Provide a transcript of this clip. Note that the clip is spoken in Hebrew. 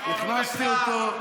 הכנסתי אותו.